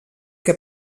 que